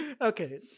Okay